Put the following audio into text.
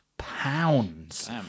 pounds